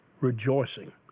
rejoicing